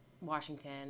Washington